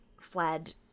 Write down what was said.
fled